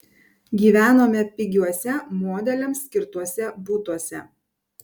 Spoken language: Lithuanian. gyvenome pigiuose modeliams skirtuose butuose